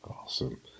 Awesome